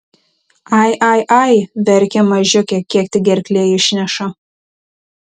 ai ai ai verkia mažiukė kiek tik gerklė išneša